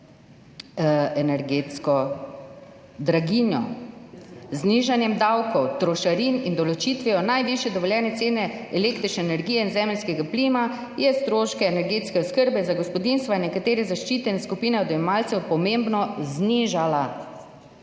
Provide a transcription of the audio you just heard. zajezilo energetsko draginjo. Z znižanjem davkov, trošarin in določitvijo najvišje dovoljene cene električne energije in zemeljskega plina so se stroški energetske oskrbe za gospodinjstva in nekatere zaščitene skupine odjemalcev pomembno znižali.